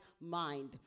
mind